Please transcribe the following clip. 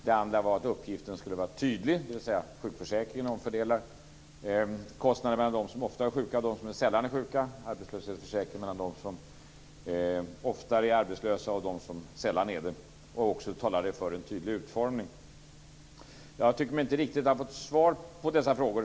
Den andra var att uppgiften skulle vara tydlig, dvs. att sjukförsäkringen omfördelar kostnaderna mellan dem som ofta är sjuka och dem som sällan är sjuka, arbetslöshetsförsäkringen mellan dem som oftare är arbetslösa och dem som sällan är det. Och jag talade för en tydlig utformning. Jag tycker mig inte riktigt ha fått svar på dessa frågor.